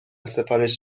سفارش